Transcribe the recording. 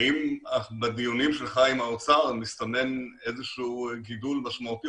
האם בדיונים שלך עם האוצר מסתמן איזה שהוא גידול משמעותי,